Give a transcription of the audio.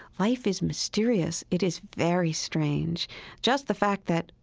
life is mysterious. it is very strange just the fact that,